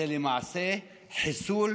זה למעשה חיסול,